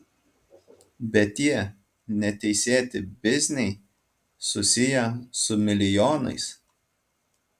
bet tie neteisėti bizniai susiję su milijonais